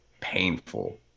painful